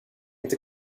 inte